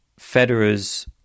Federer's